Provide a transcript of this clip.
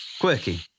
quirky